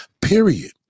period